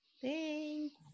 Thanks